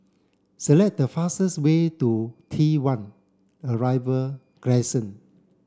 select the fastest way to T one Arrival Crescent